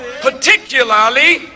particularly